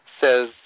says